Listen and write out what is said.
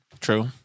True